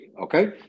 okay